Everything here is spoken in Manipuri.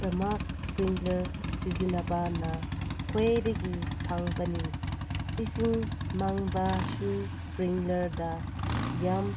ꯗꯃꯛ ꯏꯁꯄ꯭ꯔꯤꯡꯂꯔ ꯁꯤꯖꯤꯟꯅꯕꯅ ꯈ꯭ꯋꯥꯏꯗꯒꯤ ꯐꯕꯅꯤ ꯏꯁꯤꯡ ꯃꯥꯡꯕꯁꯨ ꯏꯁꯄ꯭ꯔꯤꯡꯂꯔꯗ ꯌꯥꯝ